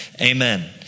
Amen